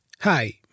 Hi